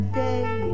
day